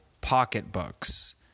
pocketbooks